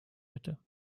hätte